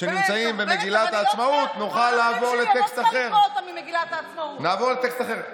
שנמצאים במגילת העצמאות, נוכל לעבור לטקסט אחר.